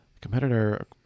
competitor